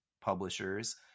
publishers